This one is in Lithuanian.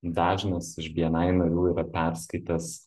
dažnas iš bni narių yra perskaitęs